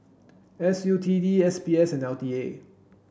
S U T D S B S and L T A